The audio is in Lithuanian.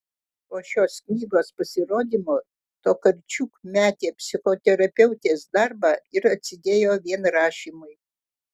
po šios knygos pasirodymo tokarčuk metė psichoterapeutės darbą ir atsidėjo vien rašymui